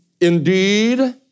Indeed